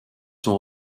sont